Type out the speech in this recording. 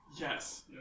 Yes